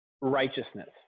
righteousness